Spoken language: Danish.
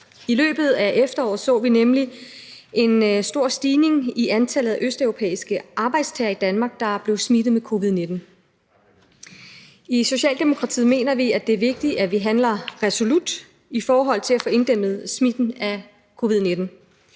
I løbet af efteråret så vi nemlig en stor stigning i antallet af østeuropæiske arbejdstagere i Danmark, der blev smittet med covid-19. I Socialdemokratiet mener vi, at det er vigtigt, at vi handler resolut i forhold til at få inddæmmet smitten med covid-19,